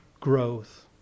growth